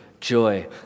joy